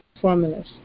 formulas